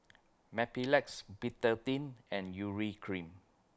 Mepilex Betadine and Urea Cream